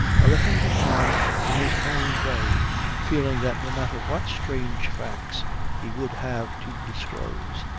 i let him go on in his own way feeling that no matter what strange facts he would have to disclose,